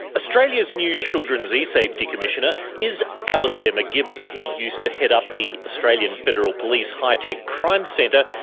australia's new children's esafety commissioner is alastair macgibbon. he used to head up the australian federal police high-tech crime centre,